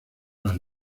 las